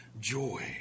joy